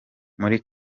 muri